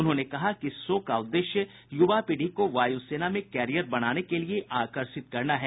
उन्होंने कहा कि इस शो का उद्देश्य युवा पीढ़ी को वायु सेना में कैरियर बनाने के लिए आकर्षित करना है